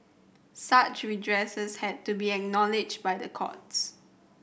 such redress had to be acknowledged by the courts